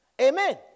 Amen